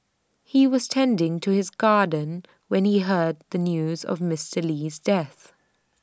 he was tending to his garden when he heard the news of Mister Lee's death